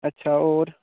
अच्छा होर